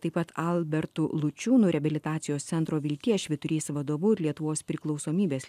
taip pat albertu lučiūnu reabilitacijos centro vilties švyturys vadovu ir lietuvos priklausomybės